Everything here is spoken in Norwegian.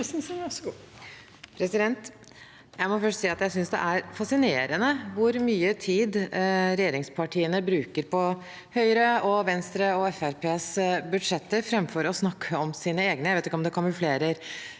jeg synes det er fascinerende hvor mye tid regjeringspartiene bruker på Høyres, Venstres og Fremskrittspartiets budsjetter framfor å snakke om sine egne.